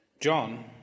John